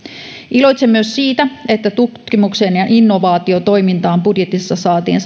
iloitsen myös siitä että tutkimukseen ja innovaatiotoimintaan saatiin